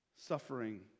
suffering